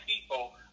people